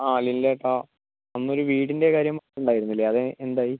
ആ ലില്ലിയേട്ടാ അന്നൊരു വീടിൻ്റെ കാര്യം ഉണ്ടായിരുന്നില്ലേ അത് എന്തായി